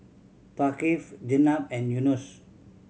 Thaqif Jenab and Yunos